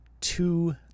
two